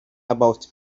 about